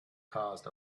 caused